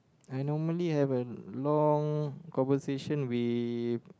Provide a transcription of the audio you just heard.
I normally have a long conversation with